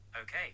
Okay